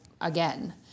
again